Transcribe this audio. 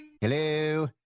Hello